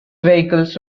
vehicles